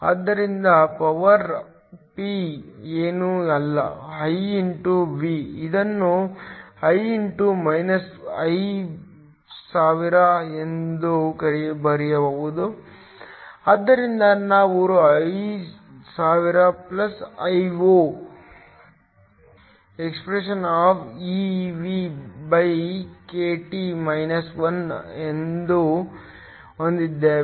ಆದ್ದರಿಂದ power P ಏನೂ ಅಲ್ಲ I x V ಇದನ್ನು V x - I1000 ಎಂದು ಬರೆಯಬಹುದು ಆದ್ದರಿಂದ ನಾವು I1000 Io exp eVkT −1 ಅನ್ನು ಹೊಂದಿದ್ದೇವೆ